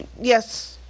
yes